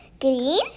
green